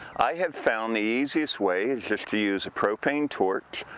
i have found the easiest way is just to use a propane torch,